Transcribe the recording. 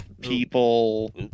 people